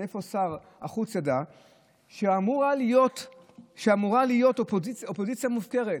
מאיפה שר החוץ ידע שאמורה להיות אופוזיציה מופקרת?